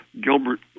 Gilbert